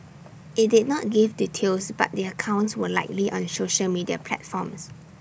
IT did not give details but their accounts were likely on social media platforms